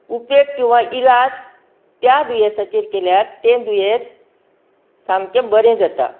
उपेग किंवा इलाज त्या दुयेसाचेर केल्यार तें दुयेस सामके बरें जाता